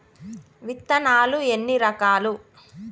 విత్తనాలు ఎన్ని రకాలు?